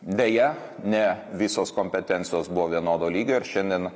deja ne visos kompetencijos buvo vienodo lygio ir šiandien